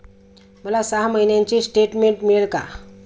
मला सहा महिन्यांचे स्टेटमेंट मिळेल का?